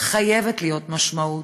חייבת להיות משמעות.